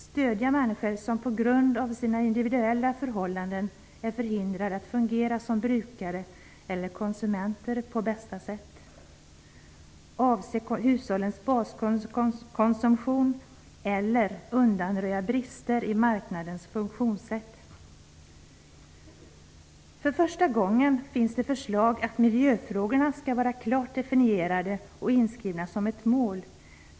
stödja människor som på grund av sina individuella förhållanden är förhindrade att fungera som brukare eller konsumenter på bästa sätt, - undanröja brister i marknadens funktionssätt. För första gången finns det förslag om att miljöfrågorna skall vara klart definierade och inskrivna som ett mål.